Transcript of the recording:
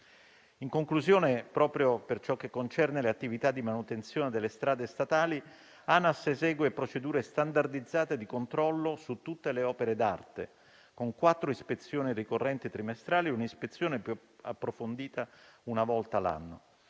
In conclusione, proprio per ciò che concerne le attività di manutenzione delle strade statali, Anas esegue procedure standardizzate di controllo su tutte le opere d'arte, con quattro ispezioni ricorrenti trimestrali e una più approfondita una volta l'anno.